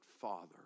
father